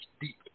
deep